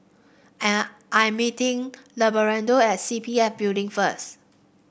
I'm meeting Abelardo at C P F Building first